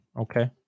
okay